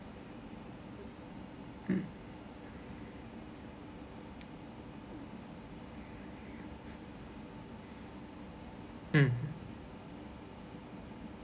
mm